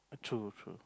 true true